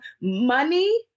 money